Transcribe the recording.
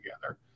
together